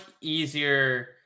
easier